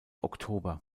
oktober